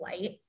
light